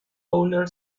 owner